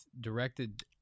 directed